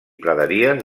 praderies